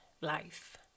life